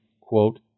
quote